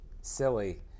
silly